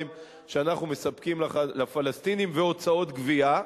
שאנחנו מספקים לפלסטינים והוצאות גבייה,